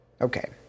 okay